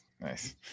nice